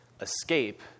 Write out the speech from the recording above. Escape